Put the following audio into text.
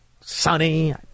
Sunny